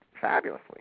fabulously